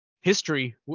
history